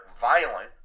violent